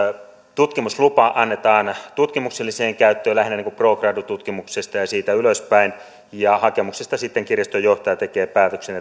tutkimuslupa annetaan tutkimukselliseen käyttöön lähinnä pro gradu tutkimukseen ja ja siitä ylöspäin hakemuksesta sitten kirjaston johtaja tekee päätöksen